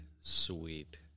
sweet